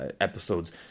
episodes